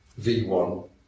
V1